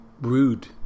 rude